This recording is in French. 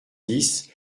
dix